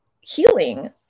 healing